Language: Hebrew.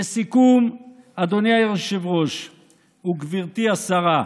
לסיכום, אדוני היושב-ראש וגברתי השרה,